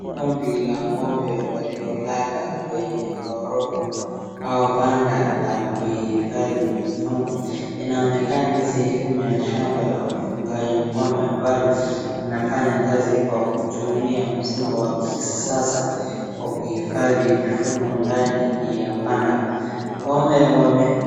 Kundi la ng'ombe waliolala kwenye ghorofa au panda la kuhifadhi fugo. Inaonekana ni sehemu ya shamba la ufugaji ng'ombeambalo linafanya kazi kwa kutumia mfumo wa kisasa kwa kuhifadhi fugo ndani ya panda. Ngombe wame..